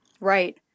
Right